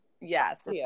Yes